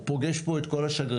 הוא פוגש פה את כל השגרירים.